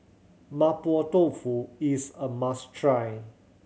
Mapo Tofu is a must try